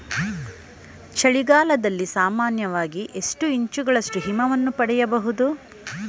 ಚಳಿಗಾಲದಲ್ಲಿ ಸಾಮಾನ್ಯವಾಗಿ ಎಷ್ಟು ಇಂಚುಗಳಷ್ಟು ಹಿಮವನ್ನು ಪಡೆಯಬಹುದು?